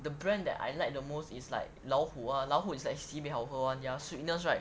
the brand that I like the most is like 老虎老虎 is like sibeh 好喝 [one] their sweetness right